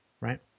right